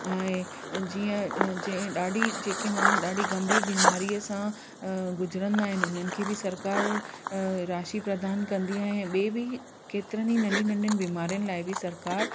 ऐं जीअं जंहिं ॾाढी जेके माण्हू ॾाढी गंभीर बीमारीअ सां गुजरंदा आहिनि उन्हनि खे बि सरकार राशि प्रदान कंदी आहे ऐं ॿिए बि केतिरनि ई नंढियुनि नंढियुनि बीमारियुनि लाइ बि सरकार